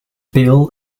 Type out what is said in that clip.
bill